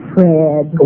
Fred